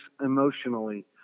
emotionally